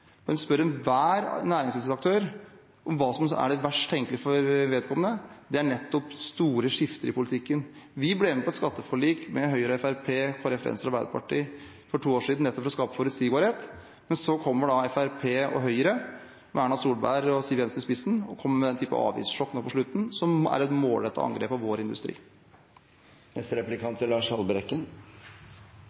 en spør enhver næringslivsaktør om hva som er det verst tenkelige for vedkommende, er det nettopp store skifter i politikken. Vi ble med på et skatteforlik med Høyre, Fremskrittspartiet, Kristelig Folkeparti, Venstre og Arbeiderpartiet for to år siden, nettopp for å skape forutsigbarhet, men så kommer da Fremskrittspartiet og Høyre, med Erna Solberg og Siv Jensen i spissen, med den typen avgiftssjokk nå på slutten, som er et målrettet angrep på vår industri.